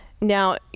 Now